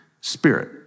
spirit